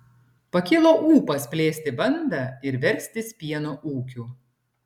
pakilo ūpas plėsti bandą ir verstis pieno ūkiu